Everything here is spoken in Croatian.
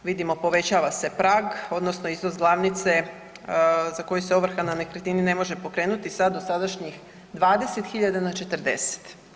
Vidimo povećava se prag odnosno iznos glavnice za koju se ovrha na nekretnini ne može pokrenuti, sa dosadašnjih 20 000 na 40.